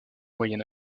moyen